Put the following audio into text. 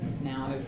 now